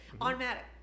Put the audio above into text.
automatic